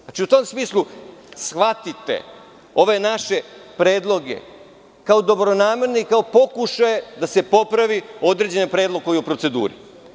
Znači, u tom smislu, shvatite ove naše predloge kao dobronamerne i kao pokušaje da se popravi određeni predlog koji je u proceduri.